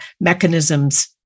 mechanisms